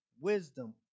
wisdom